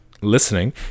listening